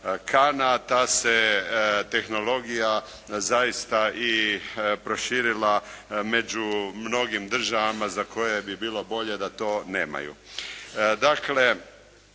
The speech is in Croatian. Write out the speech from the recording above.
Kahna, ta se tehnologija na zaista i proširila među mnogim državama za koje bi bilo bolje da to nemaju.